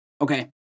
Okay